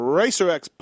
racerx